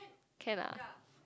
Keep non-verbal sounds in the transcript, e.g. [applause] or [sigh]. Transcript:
can ah [noise]